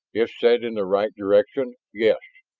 if set in the right direction, yes,